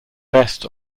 best